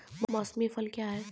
मौसमी फसल क्या हैं?